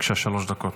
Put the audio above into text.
שלוש דקות.